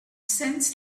sense